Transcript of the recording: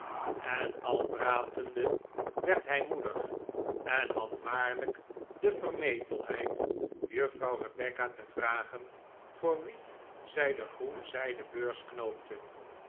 en al pratende werd hij moedig en had waarlijk de vermetelheid juffrouw rebecca te vragen voor wien zij de groen zijden beurs knoopte